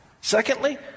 Secondly